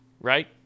right